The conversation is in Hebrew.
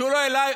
שהוא לא עליי,